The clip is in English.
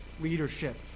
leadership